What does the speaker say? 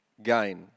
Gain